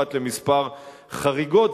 פרט לכמה חריגות,